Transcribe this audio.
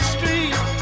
Street